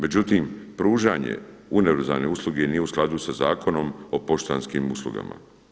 Međutim, pružanje univerzalne usluge nije u skladu sa Zakonom o poštanskim uslugama.